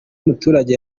muturage